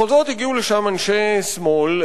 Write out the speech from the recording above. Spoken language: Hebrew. בכל זאת הגיעו לשם אנשי שמאל,